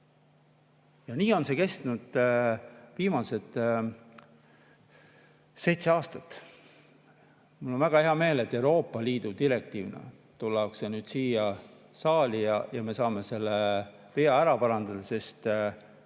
Ja nii on see kestnud viimased seitse aastat. Mul on väga hea meel, et Euroopa Liidu direktiiviga tullakse nüüd siia saali ja me saame selle vea ära parandada.